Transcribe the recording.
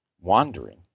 wandering